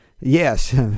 Yes